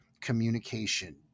Communication